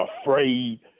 afraid